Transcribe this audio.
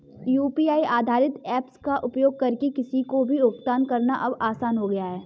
UPI आधारित apps का उपयोग करके किसी को भी भुगतान करना अब आसान हो गया है